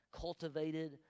cultivated